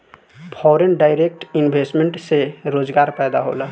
foreign direct investment से रोजगार पैदा होला